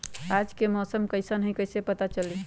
आज के मौसम कईसन हैं कईसे पता चली?